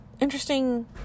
interesting